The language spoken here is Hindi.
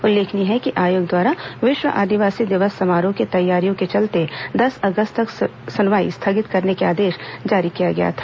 उल्लेखनीय है कि आयोग द्वारा विश्व आदिवासी दिवस समारोह की तैयारियों के चलते दस अगस्त तक सुनवाई स्थगित करने का आदेश जारी किया गया था